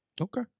Okay